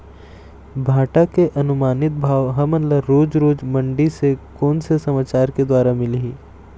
भांटा के अनुमानित भाव हमन ला रोज रोज मंडी से कोन से समाचार के द्वारा मिलही?